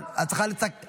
אבל את צריכה לקצר,